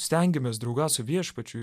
stengiamės draugaut su viešpačiu